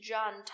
John